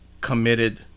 committed